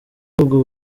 ubwo